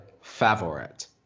favorite